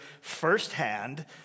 firsthand